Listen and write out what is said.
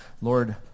Lord